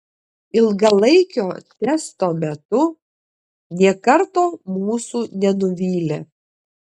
ilgalaikio testo metu nė karto mūsų nenuvylė